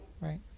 Right